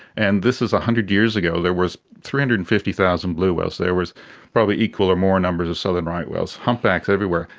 and this is one hundred years ago. there was three hundred and fifty thousand blue whales, there was probably equal or more numbers of southern right whales, humpbacks everywhere.